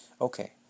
Okay